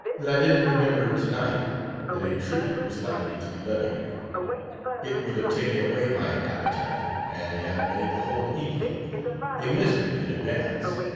that i didn't remember to-night that a tribute was likely to be levied it would have taken away my appetite and have made the whole evening a misery in advance.